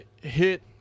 hit